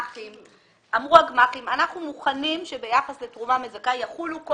אמרו הגמ"חים שהם מוכנים שביחס לתרומה מזכה יחולו כל